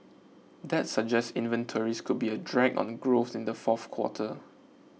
that suggests inventories could be a drag on growth in the fourth quarter